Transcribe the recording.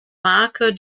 marke